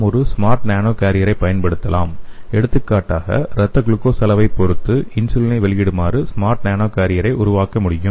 நாம் ஒரு smart nano கேரியரைப் பயன்படுத்தலாம் எடுத்துக்காட்டாக இரத்த குளுக்கோஸ் அளவைப் பொறுத்து இன்சுலினை வெளியிடுமாறு ஸ்மார்ட் நானோ கேரியரை உருவாக்க முடியும்